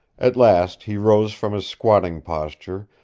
at last he rose from his squatting posture,